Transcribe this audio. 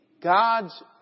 God's